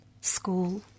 school